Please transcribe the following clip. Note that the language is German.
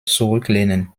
zurücklehnen